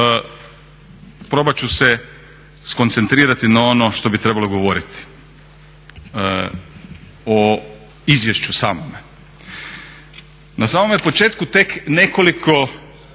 probat ću se skoncentrirati na ono što bi trebalo govoriti o izvješću samome. Na samome početku tek nekoliko,